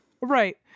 Right